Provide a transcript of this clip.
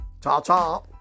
Ta-ta